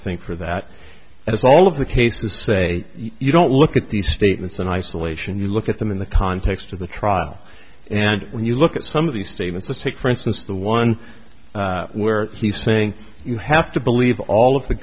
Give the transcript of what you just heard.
think are that as all of the cases say you don't look at these statements in isolation you look at them in the context of the trial and when you look at some of these statements take for instance the one where he's saying you have to believe all of the